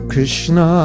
Krishna